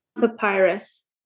Papyrus